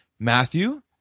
Matthew